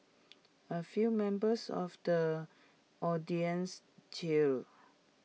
A few members of the audience cheered